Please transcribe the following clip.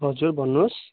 हजुर भन्नुहोस्